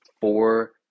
four